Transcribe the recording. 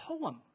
poem